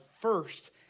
first